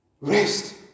Rest